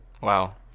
Wow